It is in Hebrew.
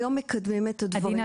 היום מקדמים את הדברים האלה.